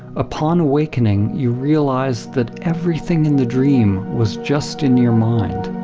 upon awakening you realize that everything in the dream was just in your mind.